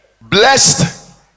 Blessed